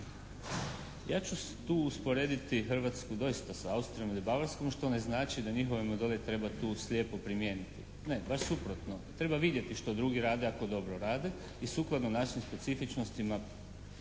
Ja ću tu usporediti Hrvatsku doista s Austrijom ili Bavarskom što ne znači da njihove modele tu treba slijepo primijeniti. Ne. Baš suprotno. Treba vidjeti što drugi rade ako dobro rade i sukladno našim specifičnostima